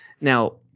now